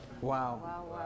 Wow